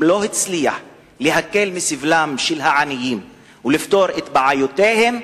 אם לא יצליח להקל על סבלם של העניים ולפתור את בעיותיהם,